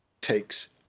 takes